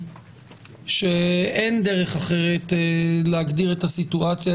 שמבינים את אחריותם כלפי הנפגעים